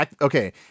Okay